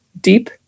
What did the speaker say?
deep